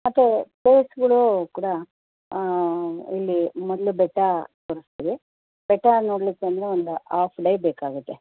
ಮತ್ತು ಪ್ಲೇಸ್ಗಳೂ ಕೂಡ ಇಲ್ಲಿ ಮೊದಲು ಬೆಟ್ಟ ತೋರಿಸ್ತೀವಿ ಬೆಟ್ಟ ನೋಡ್ಲಿಕ್ಕೆ ಬಂದರೆ ಒಂದು ಆಫ್ ಡೇ ಬೇಕಾಗುತ್ತೆ